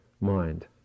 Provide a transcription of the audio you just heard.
mind